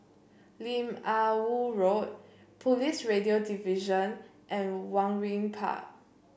Lim Ah Woo Road Police Radio Division and Waringin Park